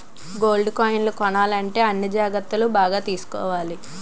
gold కాయిన్లు కొనాలంటే అన్ని జాగ్రత్తలు బాగా తీసుకోవాలి